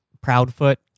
Proudfoot